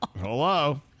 Hello